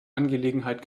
angelegenheit